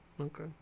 Okay